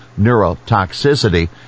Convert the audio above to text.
neurotoxicity